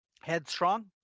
headstrong